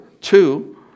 two